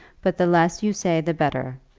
but the less you say the better.